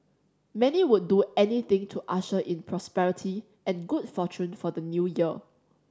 many would do anything to usher in prosperity and good fortune for the New Year